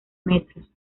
metros